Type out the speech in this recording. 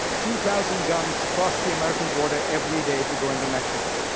two thousand guns cross the american border every day to go into mexico.